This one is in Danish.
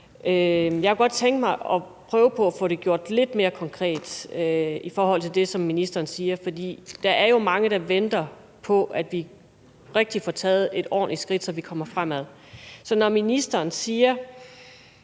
Jeg kunne godt tænke mig at prøve på at få det gjort lidt mere konkret i forhold til det, som ministeren siger, for der er jo mange, der venter på, at vi rigtig får taget et ordentligt skridt, så vi kommer fremad. Så når ministeren siger,